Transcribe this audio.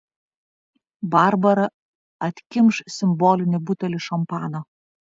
barbara atkimš simbolinį butelį šampano